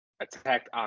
attacked